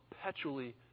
perpetually